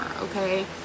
okay